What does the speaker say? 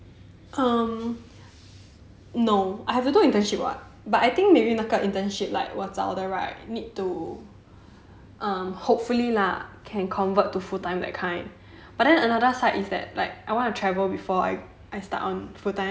um no I have to do internship [what] but I think maybe 那个 internship like 我找的 right need to um hopefully lah can convert to full time that kind but then another side is that like I want to travel before I I start on full time